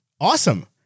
awesome